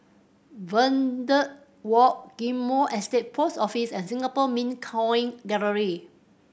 Verde Walk Ghim Moh Estate Post Office and Singapore Mint Coin Gallery